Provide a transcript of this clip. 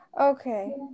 Okay